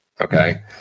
Okay